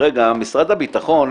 משרד הביטחון,